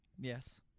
Yes